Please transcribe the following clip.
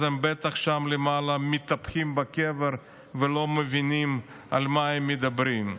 אז הם בטח שם למעלה מתהפכים בקבר ולא מבינים על מה הם מדברים.